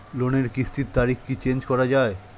লোনের কিস্তির তারিখ কি চেঞ্জ করা যায়?